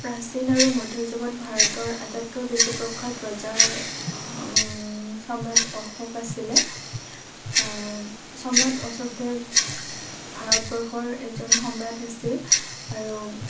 প্ৰাচীন আৰু মধ্য যুগত ভাৰতৰ আটাইতকৈ বেছি প্ৰখ্যাত ৰজাৰ চম্ৰাট অশোক আছিলে চম্ৰাট অশোকে ভাৰতবৰ্ষৰ এজন সম্ৰাট আছিল আৰু